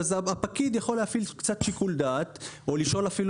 הפקיד יכול להפעיל קצת שיקול דעת או אפילו